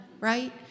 right